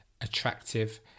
attractive